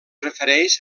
refereix